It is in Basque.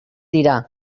dira